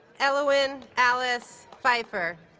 elowyn alice pfeiffer